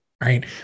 right